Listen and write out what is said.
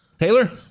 Taylor